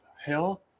hell